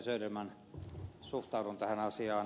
söderman suhtaudun tähän asiaan